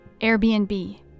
Airbnb